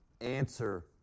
answer